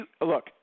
look